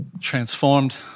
transformed